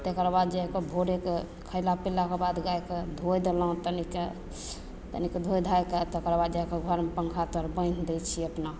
तकर बाद जाकऽ भोरे कऽ खयला पीलाक बाद गायके धोय देलहुँ तनिक तनिक धोय धाय कऽ तकर बाद जाकऽ घरमे पङ्खा तर बान्हि दै छियै अपना